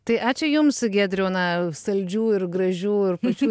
tai ačiū jums giedriau na saldžių ir gražių ir pačių